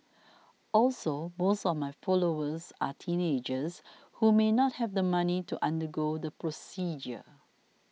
also most of my followers are teenagers who may not have the money to undergo the procedure